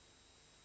Grazie.